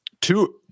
Two